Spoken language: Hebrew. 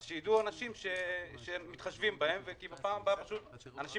אז שידעו אנשים שמתחשבים בהם ושבפעם הבאה פשוט אנשים